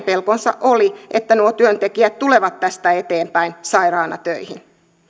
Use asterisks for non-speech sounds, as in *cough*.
*unintelligible* pelkonsa oli että nuo työntekijät tulevat tästä eteenpäin sairaina töihin